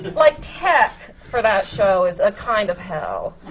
like tech for that show is a kind of hell.